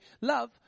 love